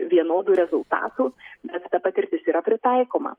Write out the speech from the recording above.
vienodų rezultatų bet ta patirtis yra pritaikoma